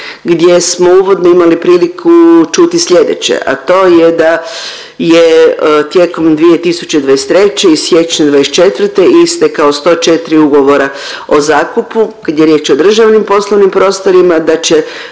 gdje smo uvodno imali priliku čuti sljedeće, a to je da je tijekom 2023. i siječnja '24. istekao 104 ugovora o zakupu kad je riječ o državnim poslovnim prostorima, da će